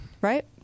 Right